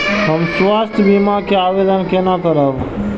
हम स्वास्थ्य बीमा के आवेदन केना करब?